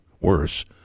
worse